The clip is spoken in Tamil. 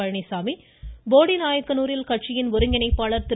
பழனிசாமி போடி நாயக்கனூரில் கட்சியின் ஒருங்கிணைப்பாளர் திரு